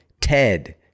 TED